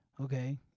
okay